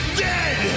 dead